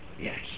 Yes